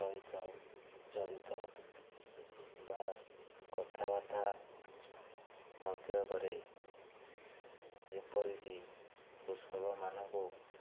ସହିତ ଜଡ଼ିତ ବା କଥାବାର୍ତ୍ତା ମଧ୍ୟ କରେ ଯେପରିକି କୃଷକମାନଙ୍କୁ